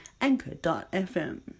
Anchor.fm